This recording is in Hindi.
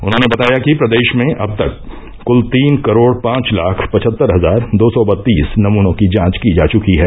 उन्होंने बताया कि प्रदेश में अब तक कुल तीन करोड़ पांच लाख पचहत्तर हजार दो सौ बत्तीस नमूनों की जांच की जा चुकी है